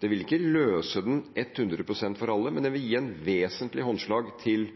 det vil ikke løse den 100 pst. for alle, men det vil gi et vesentlig håndslag til